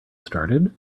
started